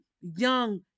young